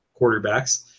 quarterbacks